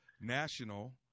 national